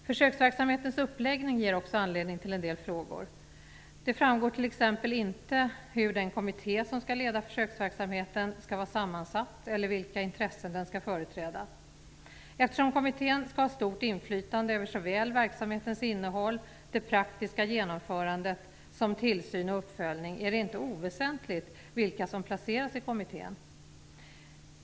Försöksverksamhetens uppläggning föranleder också en del frågor. Det framgår t.ex. inte hur den kommitté som skall leda försöksverksamheten skall vara sammansatt eller vilka intressen den skall företräda. Eftersom kommittén skall ha stort inflytande över såväl verksamhetens innehåll och det praktiska genomförandet som tillsyn och uppföljning är det inte oväsentligt vilka som placeras i kommittén.